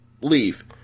leave